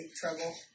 trouble